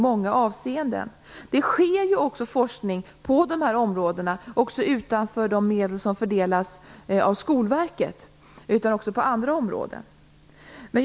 Utöver forskning som bedrivs med de medel som fördelas av Skolverket, sker forskning också på andra områden.